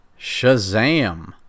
Shazam